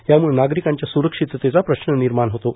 यामुळं नागरिकांच्या सुरक्षिततेचा प्रश्न निर्माण होतो